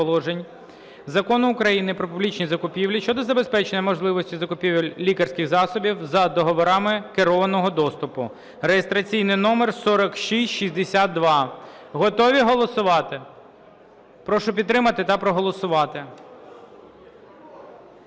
Закону України "Про публічні закупівлі" щодо забезпечення можливості закупівель лікарських засобів за договорами керованого доступу (реєстраційний номер 4662) Готові голосувати? Прошу підтримати та проголосувати.